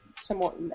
somewhat